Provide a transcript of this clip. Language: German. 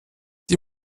die